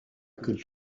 could